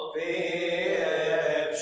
a